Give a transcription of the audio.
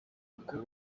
ukuba